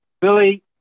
Billy